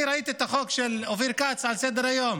אני ראיתי את החוק של אופיר כץ על סדר-היום.